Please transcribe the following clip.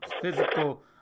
physical